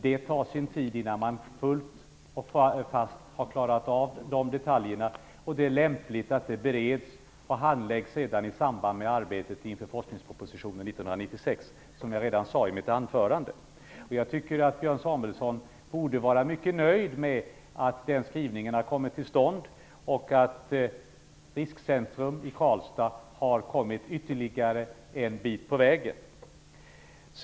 Det tar sin tid innan man fullt och fast har klarat ut de detaljerna. Det är lämpligt att frågan bereds och handläggs inför arbetet med forskningspropositionen 1996. Det sade jag redan i mitt anförande. Jag tycker att Björn Samuelson borde vara nöjd med att skrivningen har kommit till stånd. Riskcentrum i Karlstad har kommit ytterligare en bit på vägen.